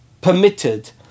permitted